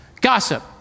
Gossip